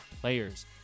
players